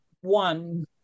one